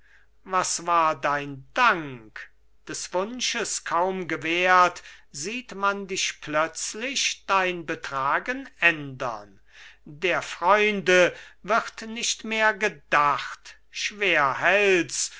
was war dein dank des wunsches kaum gewährt sieht man dich plötzlich dein betragen ändern der freunde wird nicht mehr gedacht schwer hält's